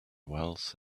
wealth